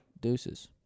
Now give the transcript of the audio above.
Deuces